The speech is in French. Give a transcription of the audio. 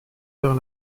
vers